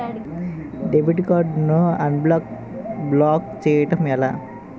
Debit card ను unblock block చేయటం ఎలా?